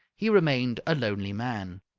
he remained a lonely man.